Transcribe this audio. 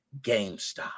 GameStop